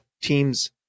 teams